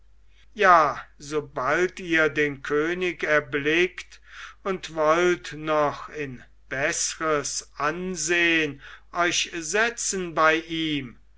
ja sobald ihr den könig erblickt und wollt noch in beßres ansehn euch setzen bei ihm